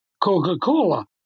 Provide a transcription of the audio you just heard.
Coca-Cola